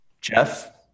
Jeff